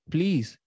Please